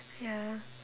ya